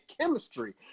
chemistry